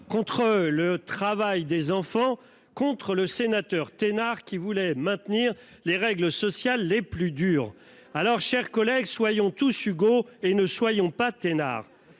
contre le travail des enfants et contre le sénateur Thénard, partisan du maintien des règles sociales les plus dures. Mes chers collègues, soyons tous Hugo et ne soyons pas Thénard